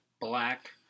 black